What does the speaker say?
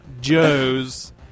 Joe's